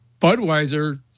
budweiser